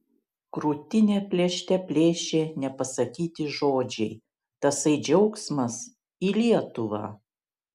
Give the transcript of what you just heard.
krūtinę plėšte plėšė nepasakyti žodžiai tasai džiaugsmas į lietuvą